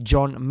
John